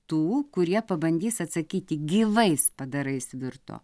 tų kurie pabandys atsakyti gyvais padarais virto